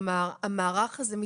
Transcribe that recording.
אחת מהקופות כבר אמרה שהיא בפנים?